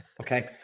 Okay